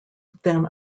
than